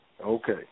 Okay